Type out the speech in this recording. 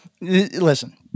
listen